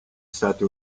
stati